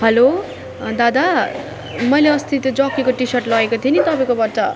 hello दादा मैले अस्ति त्यो जक्कीको टी सर्ट लगेको थिएँ नि तपाईँकोबाट